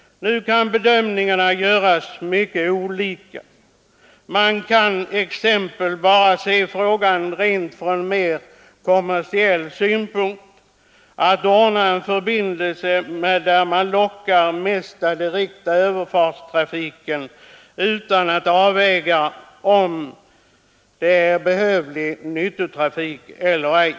Nu kan emellertid bedömningar göras mycket olika. Man kan exempelvis se frågan från rent kommersiell synpunkt och ordna en förbindelse, där man mest lockar den direkta överfartstrafiken utan att avväga om det är nyttotrafik eller ej.